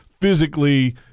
physically